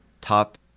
top